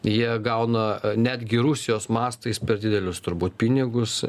jie gauna netgi rusijos mastais per didelius turbūt pinigus